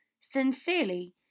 Sincerely